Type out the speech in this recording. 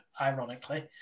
ironically